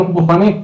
בחינוך גופני,